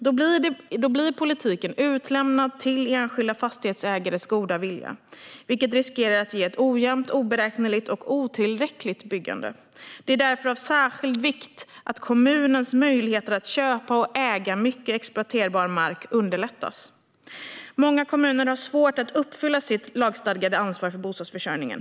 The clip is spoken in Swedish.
Då blir politiken utlämnad till enskilda fastighetsägares goda vilja, vilket riskerar att ge ett ojämnt, oberäkneligt och otillräckligt byggande. Det är därför av särskild vikt att kommunernas möjligheter att köpa och äga mycket exploaterbar mark underlättas. Många kommuner har svårt att uppfylla sitt lagstadgade ansvar för bostadsförsörjningen.